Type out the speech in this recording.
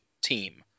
team